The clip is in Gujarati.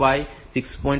5 M 6